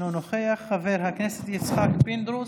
אינו נוכח, חבר הכנסת יצחק פינדרוס,